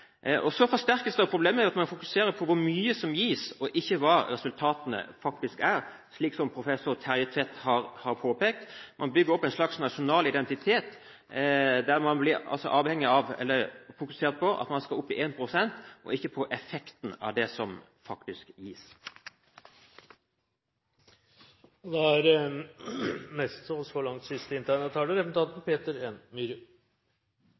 størst. Så forsterkes problemet med at man fokuserer på hvor mye som gis, og ikke hva resultatene faktisk er, slik som professor Terje Tvedt har påpekt. Man bygger opp en slags nasjonal identitet der man fokuserer på at man skal opp i 1 pst. Og ikke på effekten av det som faktisk gis.